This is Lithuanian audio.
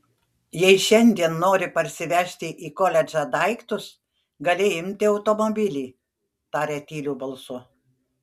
jei šiandien nori parsivežti į koledžą daiktus gali imti automobilį tarė tyliu balsu